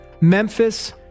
Memphis